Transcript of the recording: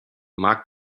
mag